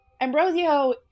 Ambrosio